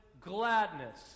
gladness